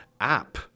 app